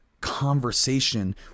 conversation